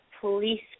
police